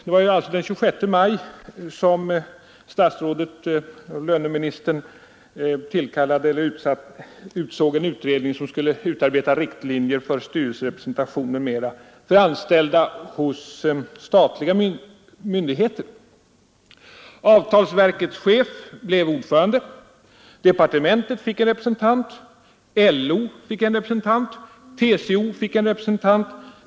Det var den 26 maj som löneministern tillkallade en utredning, som skulle utarbeta riktlinjer för styrelserepresentation m.m. för anställda hos statliga myndigheter. Avtalsverkets chef blev ordförande. Departementet fick en representant. LO fick en representant, och TCO fick en representant.